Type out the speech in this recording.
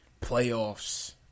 Playoffs